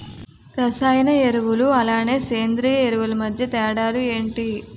రసాయన ఎరువులు అలానే సేంద్రీయ ఎరువులు మధ్య తేడాలు ఏంటి?